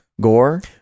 gore